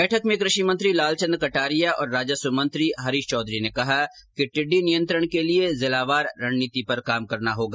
बैठक में कृषि मंत्री लालचन्द कटारिया और राजस्व मंत्री हरीश चौधरी ने कहा कि टिड्डी नियंत्रण के लिए जिलावार रणनीति पर काम करना होगा